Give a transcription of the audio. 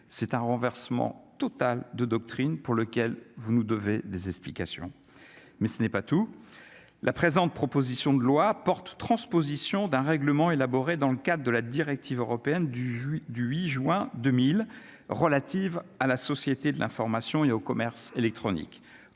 c'est un renversement total de doctrine pour lequel vous nous devez des explications, mais ce n'est pas tout : la présente proposition de loi porte transposition d'un règlement élaboré dans le cadre de la directive européenne du jus, du 8 juin 2000 relative à la société de l'information et au commerce électronique,